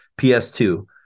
PS2